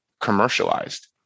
commercialized